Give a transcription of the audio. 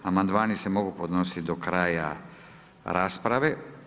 Amandmani se mogu podnositi do kraja rasprave.